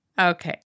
Okay